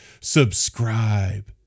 Subscribe